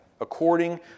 according